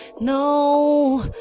No